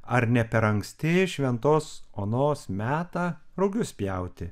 ar ne per anksti šventos onos metą rugius pjauti